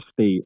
state